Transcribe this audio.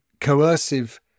coercive